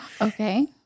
Okay